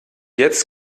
jetzt